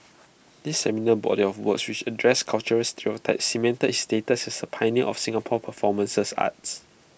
this seminal body of works which addresses cultural stereotypes cemented his status as A pioneer of Singapore's performance art